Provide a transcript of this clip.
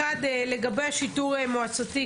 לגבי השיטור מועצתי,